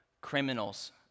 criminals